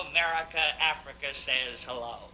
america africa says hello